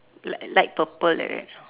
like light purple like that